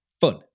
fun